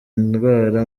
indwara